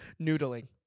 Noodling